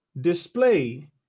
display